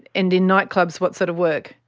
and in nightclubs, what sort of work?